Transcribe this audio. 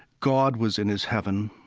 god was in his heaven.